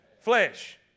flesh